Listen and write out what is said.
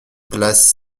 place